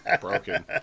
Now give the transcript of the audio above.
Broken